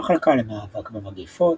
מחלקה למאבק במגפות,